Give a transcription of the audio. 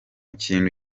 kintu